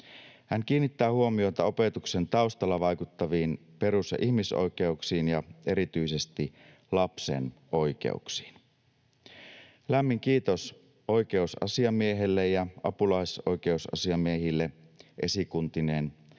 Hän kiinnittää huomiota opetuksen taustalla vaikuttaviin perus- ja ihmisoikeuksiin ja erityisesti lapsen oikeuksiin. Lämmin kiitos oikeusasiamiehelle ja apulaisoikeusasiamiehille esikuntineen